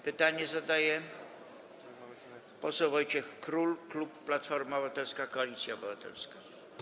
Pytanie zadaje poseł Wojciech Król, klub Platforma Obywatelska - Koalicja Obywatelska.